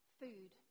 food